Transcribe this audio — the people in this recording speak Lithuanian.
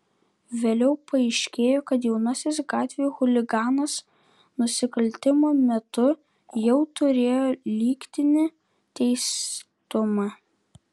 vėliau paaiškėjo kad jaunasis gatvių chuliganas nusikaltimo metu jau turėjo lygtinį teistumą